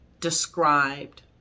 described